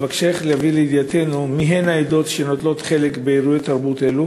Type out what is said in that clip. אבקשך להביא לידיעתנו אילו עדות נוטלות חלק באירועי תרבות אלו